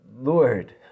Lord